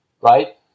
right